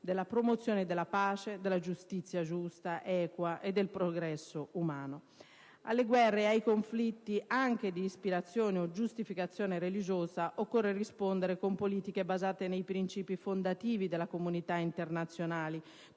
della promozione della pace, della giustizia giusta ed equa e del progresso umano. Alle guerre e ai conflitti, anche di ispirazione o giustificazione religiosa, occorre rispondere con politiche basate sui principi fondativi della comunità internazionale,